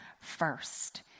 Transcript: first